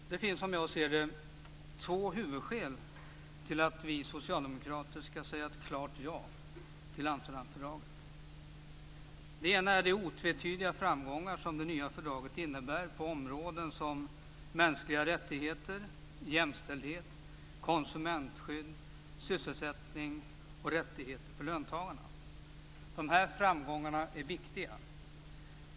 Fru talman! Det finns som jag ser det två huvudskäl till att vi socialdemokrater skall säga ett klart ja till Amsterdamfördraget. Det ena är de otvetydiga framgångar som det nya fördraget innebär på områden som mänskliga rättigheter, jämställdhet, konsumentskydd, sysselsättning och rättigheter för löntagarna. De här framgångarna är viktiga.